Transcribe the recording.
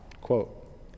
quote